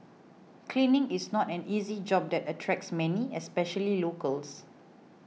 cleaning is not an easy job that attracts many especially locals